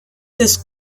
des